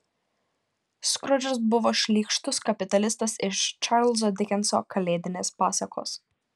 skrudžas buvo šykštus kapitalistas iš čarlzo dikenso kalėdinės pasakos